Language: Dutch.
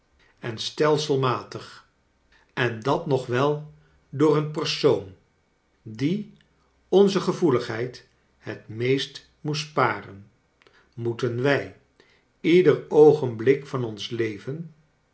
en kleine doekit stelselmatig en dat nog wel door een persoon die onze gevoeligheid het meest moest sparen moeten wij ieder oogenblik van ons leven